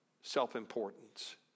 self-importance